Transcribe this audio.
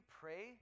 pray